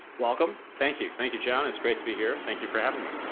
welcome. thank you, thank you john. it's great to be here, thank you for having me.